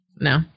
No